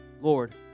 Lord